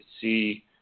see